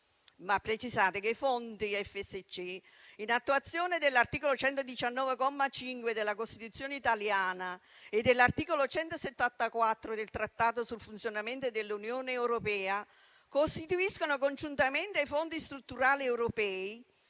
precisato che i fondi FSC, in attuazione dell'articolo 119, comma 5, della Costituzione italiana e dell'articolo 174 del Trattato sul funzionamento dell'Unione europea, costituiscono, congiuntamente ai Fondi strutturali europei,